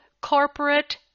corporate